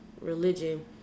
religion